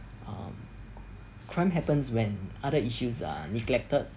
um crime happens when other issues are neglected